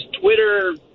Twitter